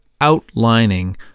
outlining